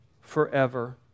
forever